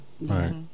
Right